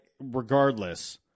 regardless